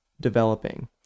developing